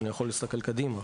אבל אני יכול להסתכל קדימה